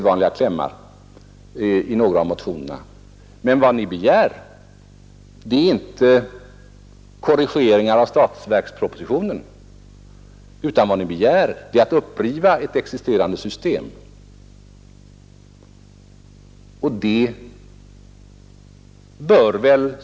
Vad man för övrigt begär är inte korrigeringar av statsverkspropositionen, utan man vill riva upp ett existerande system.